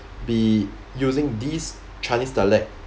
be using these chinese dialect